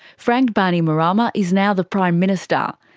frank bainimarama is now the prime minister,